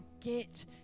get